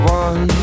one